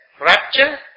rapture